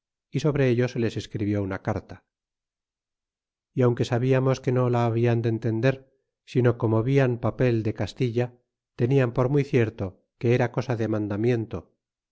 y sobre ello se les escribió una carta y aunque sabíamos que no ja hablan de entender sino como vian papel de q castilla tenian por muy cierto que era cosa de mandamiento